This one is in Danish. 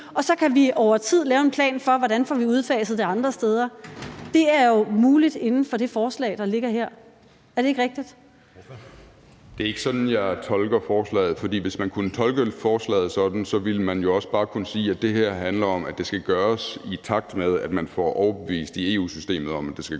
og så kan vi over tid lave en plan for, hvordan vi får det udfaset andre steder. Det er jo muligt inden for det forslag, der ligger her. Er det ikke rigtigt? Kl. 13:58 Anden næstformand (Jeppe Søe): Ordføreren. Kl. 13:58 Ole Birk Olesen (LA): Det er ikke sådan, jeg tolker forslaget, for hvis man kunne tolke forslaget sådan, ville man jo også bare kunne sige, at det her handler om, at det skal gøres, i takt med at man får dem overbevist i EU-systemet om, at det skal gøres.